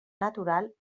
natural